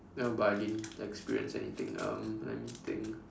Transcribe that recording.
no but I didn't experience anything um let me think